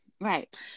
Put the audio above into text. Right